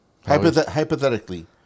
hypothetically